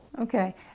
okay